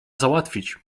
załatwić